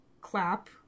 clap